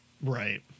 right